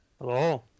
Hello